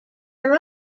are